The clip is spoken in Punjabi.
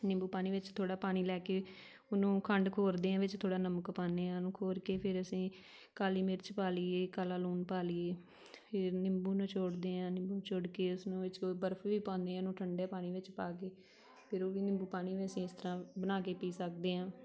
ਨਿੰਬੂ ਪਾਣੀ ਵਿੱਚ ਥੋੜ੍ਹਾ ਪਾਣੀ ਲੈ ਕੇ ਉਹਨੂੰ ਖੰਡ ਖੋਰਦੇ ਹਾਂ ਵਿੱਚ ਥੋੜ੍ਹਾ ਨਮਕ ਪਾਉਂਦੇ ਹਾਂ ਉਹਨੂੰ ਖੋਰਕੇ ਫਿਰ ਅਸੀਂ ਕਾਲੀ ਮਿਰਚ ਪਾ ਲਈਏ ਕਾਲਾ ਲੂਣ ਪਾ ਲਈਏ ਫਿਰ ਨਿੰਬੂ ਨਚੋੜਦੇ ਹਾਂ ਨਿੰਬੂ ਨਚੋੜ ਕੇ ਇਸ ਨੂੰ ਇਹ 'ਚ ਬਰਫ ਵੀ ਪਾਉਂਦੇ ਹਾਂ ਇਹਨੂੰ ਠੰਢੇ ਪਾਣੀ ਵਿੱਚ ਪਾ ਕੇ ਫਿਰ ਉਹ ਵੀ ਨਿੰਬੂ ਪਾਣੀ ਵੀ ਅਸੀਂ ਇਸ ਤਰ੍ਹਾਂ ਬਣਾ ਕੇ ਪੀ ਸਕਦੇ ਹਾਂ